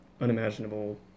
unimaginable